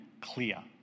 clear